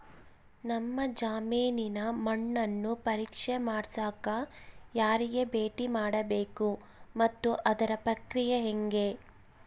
ನಮ್ಮ ಜಮೇನಿನ ಮಣ್ಣನ್ನು ಪರೇಕ್ಷೆ ಮಾಡ್ಸಕ ಯಾರಿಗೆ ಭೇಟಿ ಮಾಡಬೇಕು ಮತ್ತು ಅದರ ಪ್ರಕ್ರಿಯೆ ಹೆಂಗೆ?